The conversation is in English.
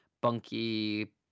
bunky